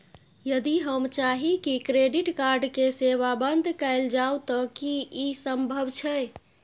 यदि हम चाही की क्रेडिट कार्ड के सेवा बंद कैल जाऊ त की इ संभव छै?